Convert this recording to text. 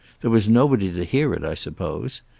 there was nobody to hear it, i suppose.